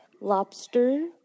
lobster